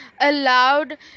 allowed